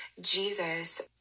Jesus